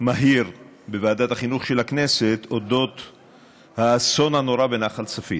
מהיר בוועדת החינוך של הכנסת על האסון הנורא בנחל צפית.